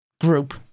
group